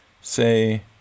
Say